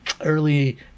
early